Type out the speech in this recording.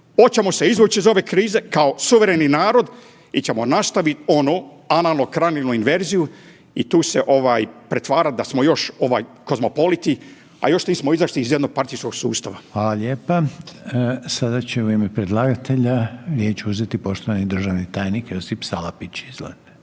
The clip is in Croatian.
hoćemo li se izvuć iz ove krize kao suvereni narod ili ćemo nastavit onu analnokranilnu inverziju i tu se pretvarat da smo još kozmopoliti, a još nismo izašli iz jednopartijskog sustava. **Reiner, Željko (HDZ)** Hvala lijepa. Sada će u ime predlagatelja riječ uzeti poštovani državni tajnik Josip Salapić.